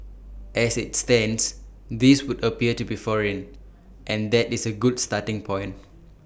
as IT stands these would appear to be foreign and that is A good starting point